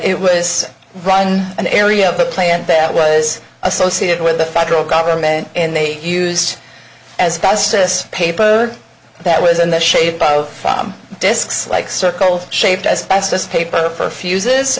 it was an area of the plant that was associated with the federal government and they used as best this paper that was in the shape of disks like circles shaped as best as paper for fuses